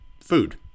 food